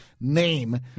name